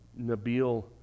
Nabil